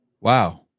Wow